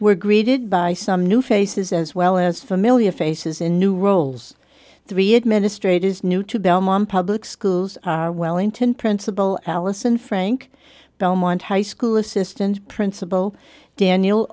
were greeted by some new faces as well as familiar faces in new roles three administrators new to belmont public schools wellington principal allison frank belmont high school assistant principal daniel